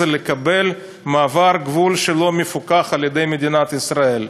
זה לקבל מעבר גבול שלא מפוקח על-ידי מדינת ישראל,